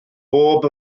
bob